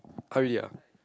ah really ah